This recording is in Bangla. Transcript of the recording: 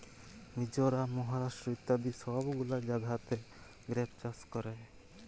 মিজরাম, মহারাষ্ট্র ইত্যাদি সব গুলা জাগাতে গ্রেপ চাষ ক্যরে